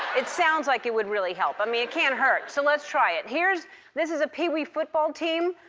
it sounds like it would really help. i mean, it can't hurt, so let's try it. here's this is a peewee football team,